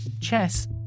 Chess